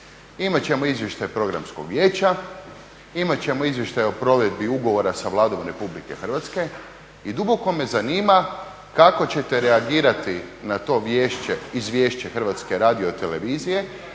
imat ćemo izvještaj Programskog vijeća, imat ćemo izvještaj o provedbi ugovora sa Vladom RH i duboko me zanima kako ćete reagirati na to izvješće HRT-a kad Savjet